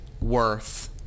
worth